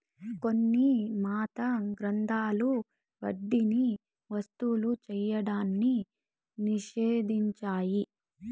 కొన్ని మత గ్రంథాలు వడ్డీని వసూలు చేయడాన్ని నిషేధించాయి